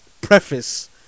preface